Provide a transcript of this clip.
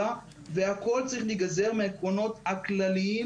הכול צריך להיגזר מהעקרונות הכלליים.